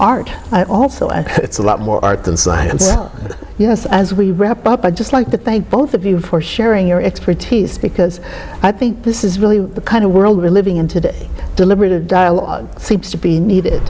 art i also and it's a lot more art than science yes as we wrap up i'd just like to thank both of you for sharing your expertise because i think this is really the kind of world we're living in today deliberative dialogue seems to be needed